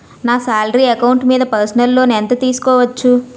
నా salary account మీద personal loan ఎంత తీసుకోవచ్చు?